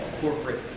corporate